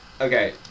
okay